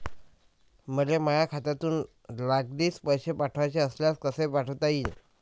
मले माह्या खात्यातून लागलीच पैसे पाठवाचे असल्यास कसे पाठोता यीन?